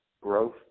Growth